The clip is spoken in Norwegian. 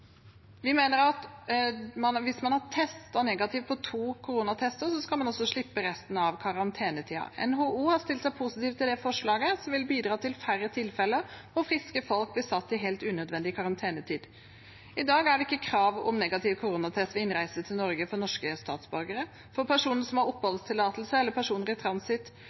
Vi mener også at hvis man har testet negativt på to koronatester, skal man slippe resten av karantenetiden. NHO har stilt seg positiv til det forslaget, som vil bidra til færre tilfeller hvor friske folk blir satt i helt unødvendig karantene. I dag er det ikke krav om negativ koronatest ved innreise til Norge for norske statsborgere, for personer som har oppholdstillatelse, eller for personer i